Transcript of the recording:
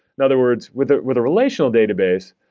in other words, with with a relational database,